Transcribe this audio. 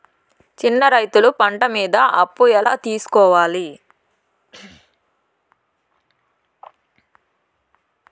చిన్న రైతులు పంట మీద అప్పు ఎలా తీసుకోవాలి?